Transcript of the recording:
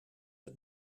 het